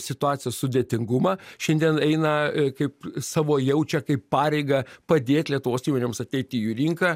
situacijos sudėtingumą šiandien eina kaip savo jaučia kaip pareigą padėt lietuvos įmonėms ateit į jų rinką